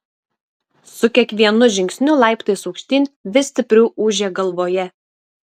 su kiekvienu žingsniu laiptais aukštyn vis stipriau ūžė galvoje